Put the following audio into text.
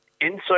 inside